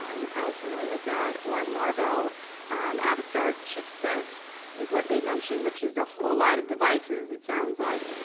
um you're probably familiar with that, or marvel avistar chip set is what they mentioned, which is a whole lot of devices it sounds like,